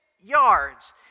yards